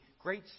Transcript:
great